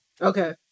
Okay